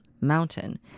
mountain